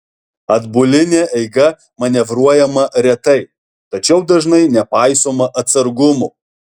atbuline eiga manevruojama retai tačiau dažnai nepaisoma atsargumo